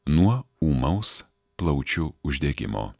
nuo ūmaus plaučių uždegimo